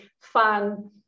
fun